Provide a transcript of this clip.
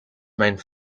mijn